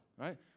right